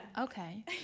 Okay